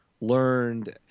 learned